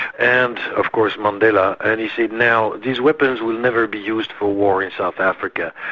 and of course mandela. and he said, now these weapons will never be used for war in south africa.